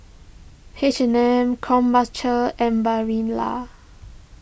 H and M Krombacher and Barilla